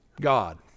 God